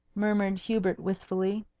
murmured hubert wistfully.